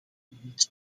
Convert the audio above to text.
niet